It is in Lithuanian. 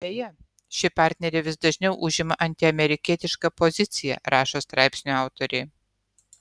beje ši partnerė vis dažniau užima antiamerikietišką poziciją rašo straipsnių autoriai